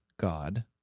God